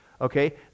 Okay